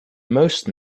most